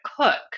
cook